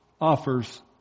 offers